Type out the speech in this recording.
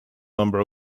number